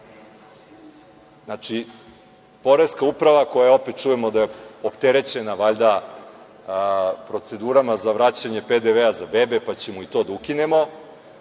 Znači, poreska uprava koja, opet čujemo da je opterećena valjda procedurama za vraćanje PDV-a za bebe, pa ćemo i to da ukinemo,